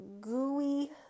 gooey